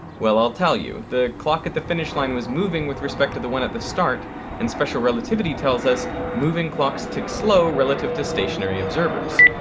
well, i'll tell you. the clock at the finish line was moving with respect to the one at the start and special relativity tells us moving clocks ticks slow relative to stationary observers.